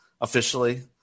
officially